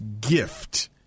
gift